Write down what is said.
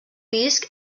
disc